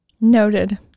Noted